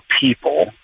people